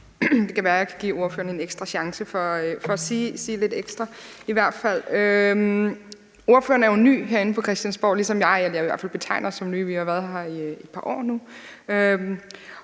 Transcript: Det kan være, jeg kan give ordføreren en ekstra chance for at sige lidt ekstra. Ordføreren er jo ny herinde på Christiansborg, ligesom jeg – eller jeg vil i hvert fald betegne os som nye, vi har været her et par år nu